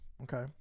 Okay